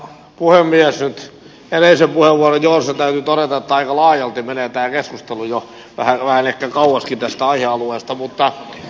nyt edellisen puheenvuoron johdosta täytyy todeta että aika laajalti menee tämä keskustelu jo vähän ehkä kauaskin tästä aihealueesta